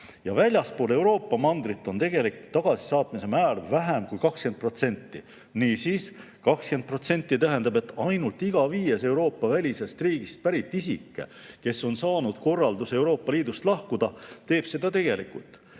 ja väljaspool Euroopa mandrit on tegelikult tagasisaatmise määr vähem kui 20%. Niisiis, 20% tähendab, et ainult iga viies Euroopa-välisest riigist pärit isik, kes on saanud korralduse Euroopa Liidust lahkuda, teeb seda tegelikult.